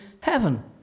heaven